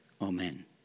Amen